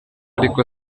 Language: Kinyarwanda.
ariko